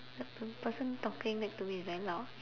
the person talking next to me is very loud